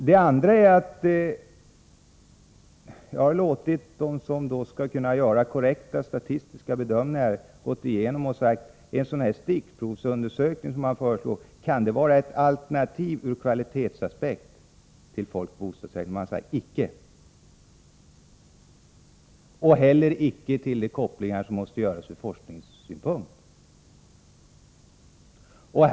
Jag har låtit dem som skall kunna göra korrekta statistiska bedömningar gå igenom förslagen för att se om den stickprovsundersökning som föreslås kan vara ett bra alternativ ur kvalitetsaspekt till folkoch bostadsräkning. Man har sagt icke. Inte heller ur forskningsynpunkt är det bra.